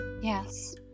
Yes